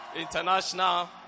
International